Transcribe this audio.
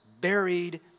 buried